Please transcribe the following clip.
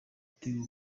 interuro